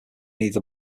either